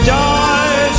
die